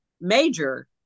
major